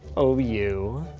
oh, you.